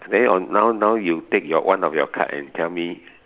there on now now you take your one of your card and tell me